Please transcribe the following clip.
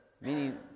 Meaning